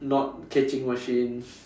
not catching machines